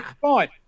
fine